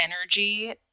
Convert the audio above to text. energy